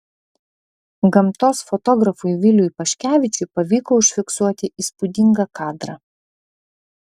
gamtos fotografui viliui paškevičiui pavyko užfiksuoti įspūdingą kadrą